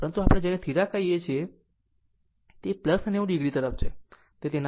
પરંતુ આપણે જેને θ કહીએ છીએ તે 90 o તરફ છે તેના પર ધ્યાન આપે છે